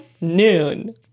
Noon